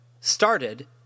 started